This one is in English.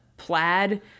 plaid